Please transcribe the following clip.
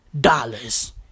dollars